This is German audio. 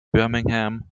birmingham